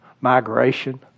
migration